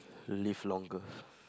live longer